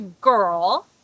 girl